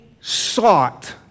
sought